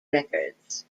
records